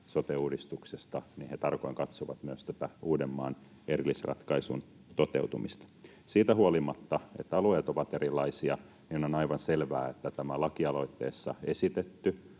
sote-uudistuksesta, niin he tarkoin katsovat myös tämän Uudenmaan erillisratkaisun toteutumista. Siitä huolimatta, että alueet ovat erilaisia, on aivan selvää, että tämä lakialoitteessa esitetty